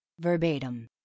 verbatim